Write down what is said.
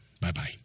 Bye-bye